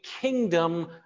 kingdom